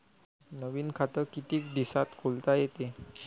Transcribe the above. नवीन खात कितीक दिसात खोलता येते?